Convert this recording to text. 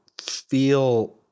feel